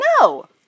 No